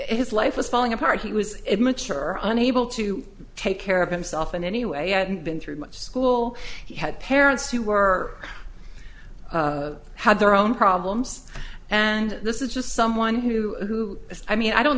his life was falling apart he was mature are unable to take care of himself in any way i had been through much school he had parents who were had their own problems and this is just someone who i mean i don't